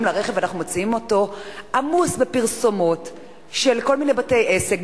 לרכב ואנחנו מוצאים אותו עמוס בפרסומות של כל מיני בתי-עסק.